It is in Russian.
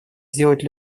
сделать